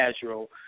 casual